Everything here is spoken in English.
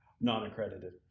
Non-accredited